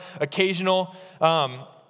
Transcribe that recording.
occasional